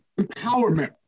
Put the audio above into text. empowerment